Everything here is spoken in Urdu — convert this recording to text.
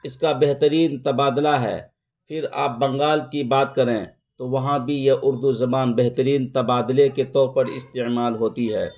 اس کا بہترین تبادلہ ہے پھر آپ بنگال کی بات کریں تو وہاں بھی یہ اردو زبان بہترین تبادلے کے طور پر استعمال ہوتی ہے